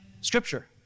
scripture